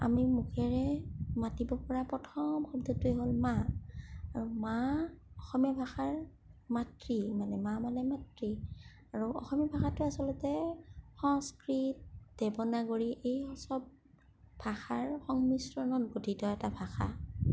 আমি মুখেৰে মাতিব পৰা প্ৰথম শব্দটোৱে হ'ল মা আৰু মা অসমীয়া ভাষাৰ মাতৃ মানে মা মানে মাতৃ আৰু অসমীয়া ভাষাটো আচলতে সংস্কৃত দেৱনাগৰী এইচব ভাষাৰ সংমিশ্ৰণত গঠিত এটা ভাষা